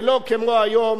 ולא כמו היום,